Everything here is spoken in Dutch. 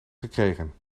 gekregen